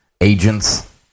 agents